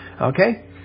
Okay